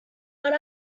but